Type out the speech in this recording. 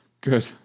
Good